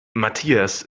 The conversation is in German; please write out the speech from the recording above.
matthias